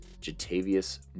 jatavius